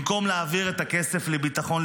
במקום להעביר את הכסף לביטחון,